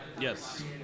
Yes